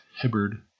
Hibbard